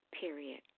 period